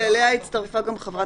--- להצטרף גם לשקד,